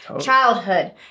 Childhood